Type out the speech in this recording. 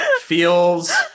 feels